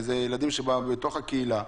אלה ילדים שהם בתוך הקהילה.